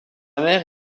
mère